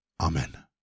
Amen